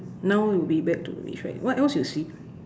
now we'll be back to what else you see